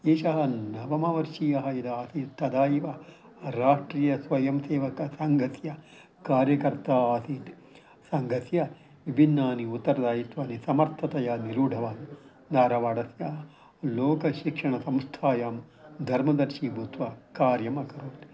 एषः नवमवर्षीयः यदा आसीत् तदा एव राष्ट्रीयस्वयंसेवकसङ्घस्य कार्यकर्ता आसीत् सङ्घस्य विभिन्नानि उत्तरदायित्वानि समर्थतया निरूढवान् दारवाडस्य लोकशिक्षणसंस्थायां दर्मदर्शीभूत्वा कार्यमकरोत्